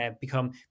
become